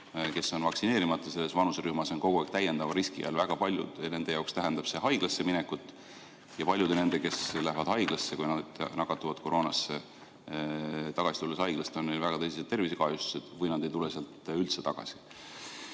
kes on vaktsineerimata selles vanuserühmas, on kogu aeg täiendava riski all ja väga paljude jaoks tähendab see haiglasse minekut. Ja paljudel nendel, kes lähevad haiglasse, kui nad on nakatunud koroonasse, on haiglast tagasi tulles väga tõsised tervisekahjustused või nad ei tule sealt üldse tagasi.